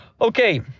Okay